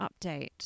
update